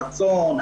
רצון,